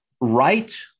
Right